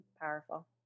powerful